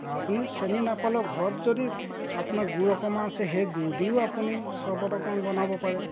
আপুনি চেনি নাপালেও ঘৰত যদি আপোনাৰ গুড় অকণমান আছে সেই গুড় দিও আপুনি চৰবত অকণ বনাব পাৰে